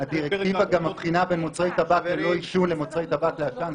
הדירקטיבה מבחינה בין מוצרי טבק ללא עישון למוצרי טבק לעשן.